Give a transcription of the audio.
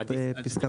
עדיף,